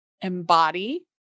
embody